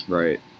right